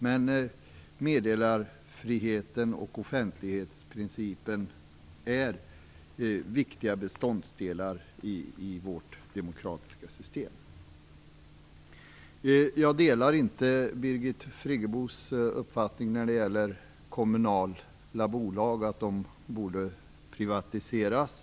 Men meddelarfriheten och offentlighetsprincipen är viktiga beståndsdelar i vårt demokratiska system. Jag delar inte Birgits Friggebos uppfattning om att kommunala bolag borde privatiseras.